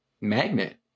magnet